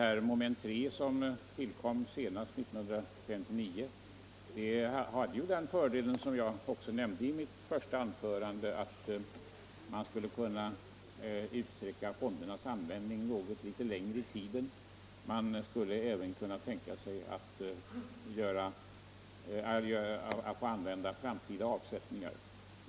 3 mom. som tillkom senast — 1959 — har ju den fördelen, som jag också nämnde i mitt första anförande, att man kan utsträcka fondernas användning något längre i tiden, och man skall även kunna tänka sig att få använda framtida avsättningar.